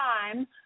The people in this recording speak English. time